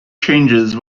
changes